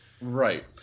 Right